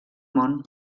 món